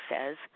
says